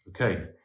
okay